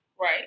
Right